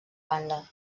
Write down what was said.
banda